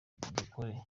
dukore